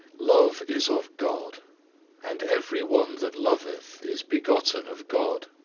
love is of god and every one that loveth is begotten of god,